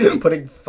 putting